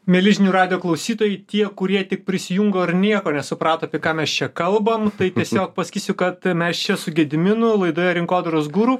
mieli žinių radijo klausytojai tie kurie tik prisijungė ir nieko nesuprato ką mes čia kalbam tai tiesiog pasakysiu kad mes čia su gediminu laidoje rinkodaros guru